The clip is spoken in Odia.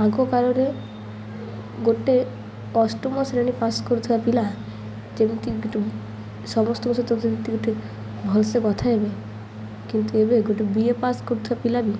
ଆଗକାଳରେ ଗୋଟେ ଅଷ୍ଟମ ଶ୍ରେଣୀ ପାସ୍ କରୁଥିବା ପିଲା ଯେମିତି ସମସ୍ତଙ୍କ ସହିତ ଯେମିତି ଗୋଟେ ଭଲସେ କଥା ହେବେ କିନ୍ତୁ ଏବେ ଗୋଟେ ବି ଏ ପାସ୍ କରୁଥିବା ପିଲା ବି